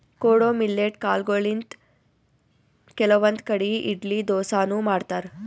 ಕೊಡೊ ಮಿಲ್ಲೆಟ್ ಕಾಲ್ಗೊಳಿಂತ್ ಕೆಲವಂದ್ ಕಡಿ ಇಡ್ಲಿ ದೋಸಾನು ಮಾಡ್ತಾರ್